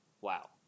Wow